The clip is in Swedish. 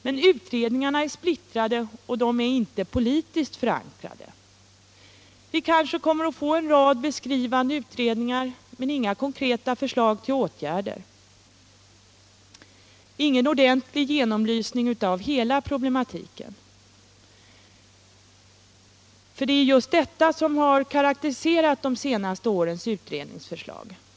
Men utredningarna är splittrade, och de är inte politiskt förankrade. Vi kanske kommer att få en rad beskrivande utredningar men inga konkreta förslag till åtgärder och ingen ordentlig genomlysning av hela problematiken. Det är just detta som karakteriserat de senaste årens utredningsförslag.